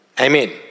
Amen